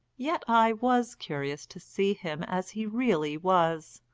yet i was curious to see him as he really was.